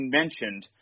mentioned